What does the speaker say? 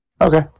Okay